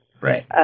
Right